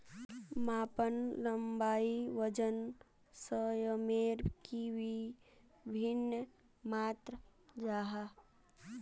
मापन लंबाई वजन सयमेर की वि भिन्न मात्र जाहा?